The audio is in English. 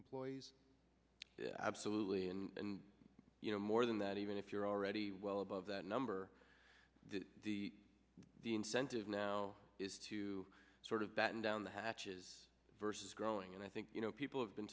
employees absolutely and you know more than that even if you're already well above that number the incentive now is to sort of that and down the hatches versus growing and i think you know people have been